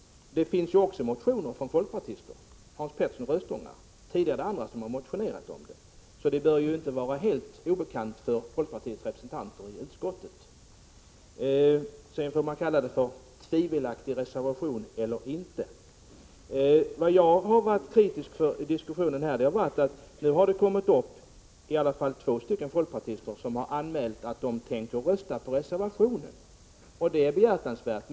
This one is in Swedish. Även folkpartister har motionerat i ärendet, såsom Hans Petersson i Röstånga och tidigare även andra. Ärendet bör därför inte vara helt obekant för folkpartiets representanter i utskottet, oavsett om de kallar reservationen tvivelaktig eller inte. Jag vill ytterligare förklara vad jag har varit kritisk emot i denna diskussion. Åtminstone två folkpartister har anmält att de tänker rösta på reservationen, vilket i sig är behjärtansvärt.